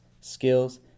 skills